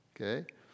Okay